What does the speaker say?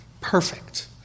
perfect